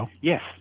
Yes